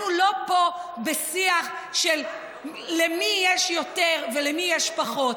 אנחנו לא פה בשיח של למי יש יותר ולמי יש פחות.